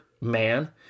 man